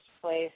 place